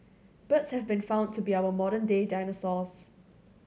birds have been found to be our modern day dinosaurs